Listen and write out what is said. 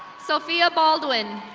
sophia baldwin.